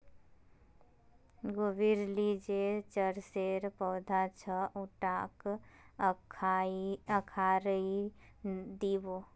गोबीर ली जे चरसेर पौधा छ उटाक उखाड़इ दी बो